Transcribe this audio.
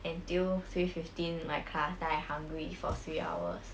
until three fifteen my class then I hungry for three hours